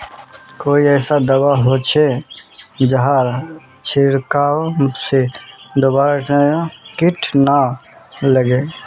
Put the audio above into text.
कोई ऐसा दवा होचे जहार छीरकाओ से दोबारा किट ना लगे?